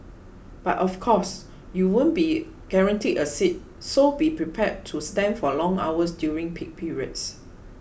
but of course you won't be guaranteed a seat so be prepared to stand for long hours during peak periods